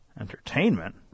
Entertainment